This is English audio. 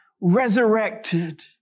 resurrected